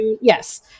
yes